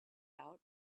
out